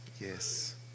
yes